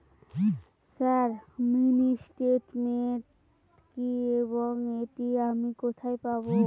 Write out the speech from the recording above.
Sir mini statement কি এবং এটি আমি কোথায় পাবো?